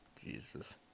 Jesus